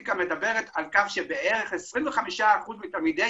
לסטטיסטיקה מדברת על כך שבערך 25% מתלמידי